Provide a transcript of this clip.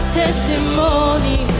testimony